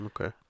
Okay